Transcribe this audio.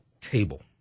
cable